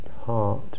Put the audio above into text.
heart